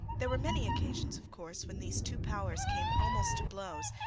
there were many occasions, of course, when these two powers came almost to blows,